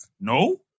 No